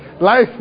Life